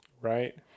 Right